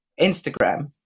Instagram